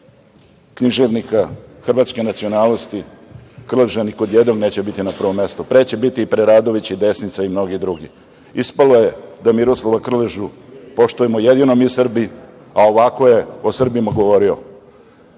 književnika hrvatske nacionalnosti, Krleža ni kod jednog neće biti na prvom mestu. Pre će biti Preradović i Desnica i mnogi drugi. Ispalo je da Miroslava Krležu poštujemo jedino mi Srbi, a ovako je o Srbima govorio.